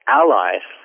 allies